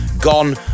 gone